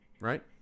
right